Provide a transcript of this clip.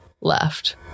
left